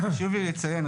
חשוב לי לציין,